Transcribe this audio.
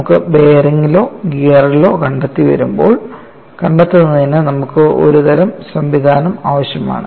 നമുക്ക് ബെയറിംഗുകളോ ഗിയറുകളോ കണ്ടെത്തേണ്ടി വരുമ്പോൾ കണ്ടെത്തുന്നതിന് നമുക്ക് ഒരുതരം സംവിധാനം ആവശ്യമാണ്